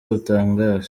butangaje